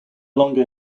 longer